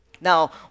Now